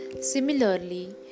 similarly